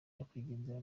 nyakwigendera